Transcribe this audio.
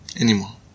anymore